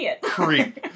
creep